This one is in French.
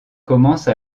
commence